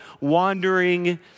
wandering